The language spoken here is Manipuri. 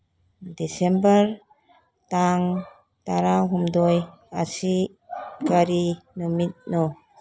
ꯗꯤꯁꯦꯝꯕꯔ ꯇꯥꯡ ꯇꯔꯥꯍꯨꯝꯗꯣꯏ ꯑꯁꯤ ꯀꯔꯤ ꯅꯨꯃꯤꯠꯅꯣ